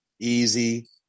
easy